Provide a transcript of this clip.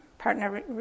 partner